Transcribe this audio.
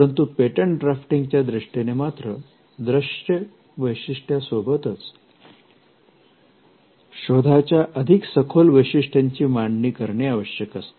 परंतु patent drafting च्या दृष्टीने मात्र दृश्य वैशिष्ट्य सोबतच शोधाच्या अधिक सखोल वैशिष्ट्यांची मांडणी करणे आवश्यक असते